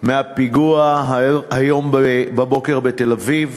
מהפיגוע היום בבוקר בתל-אביב